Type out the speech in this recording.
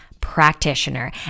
practitioner